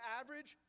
average